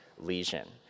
lesion